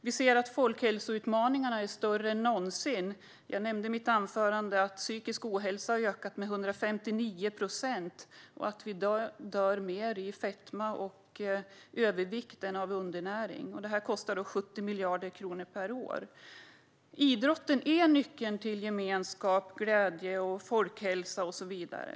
Vi ser att folkhälsoutmaningarna är större än någonsin. Jag nämnde i mitt anförande att den psykiska ohälsan har ökat med 159 procent och att vi i dag i större utsträckning dör i fetma och övervikt än av undernäring. Det här kostar 70 miljarder kronor per år. Idrotten är nyckeln till gemenskap, glädje, folkhälsa och så vidare.